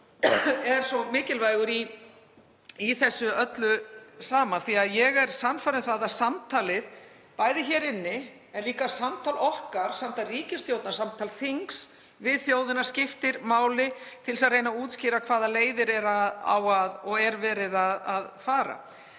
er svo mikilvægur í þessu öllu saman. Ég er sannfærð um að samtalið hér inni en líka samtal okkar, samtal ríkisstjórnar, samtal þings, við þjóðina skipti máli til þess að reyna að útskýra hvaða leiðir á að fara og er verið að fara.